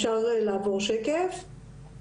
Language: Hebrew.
בשקף הבא